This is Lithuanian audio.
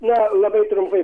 na labai trumpai